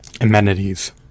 amenities